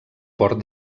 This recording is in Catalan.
port